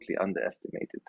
underestimated